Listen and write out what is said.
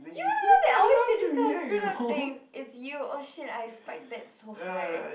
you know that I always say this kind of screwed up things it's you oh shit I spike that so high